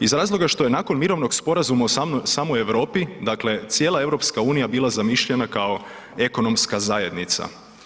Iz razloga što je nakon mirovnog sporazuma samo u Europi, dakle cijela EU bila zamišljena kao ekonomska zajednica.